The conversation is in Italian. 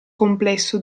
complesso